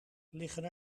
liggen